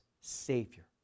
Savior